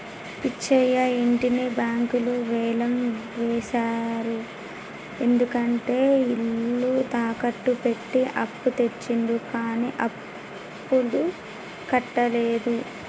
పిచ్చయ్య ఇంటిని బ్యాంకులు వేలం వేశారు ఎందుకంటే ఇల్లు తాకట్టు పెట్టి అప్పు తెచ్చిండు కానీ అప్పుడు కట్టలేదు